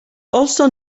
also